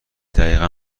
دقیقا